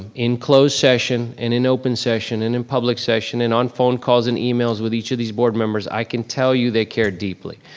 in closed session, and in open session, and in public session, and on phone calls, and emails with each of these board members, i can tell you they care deeply.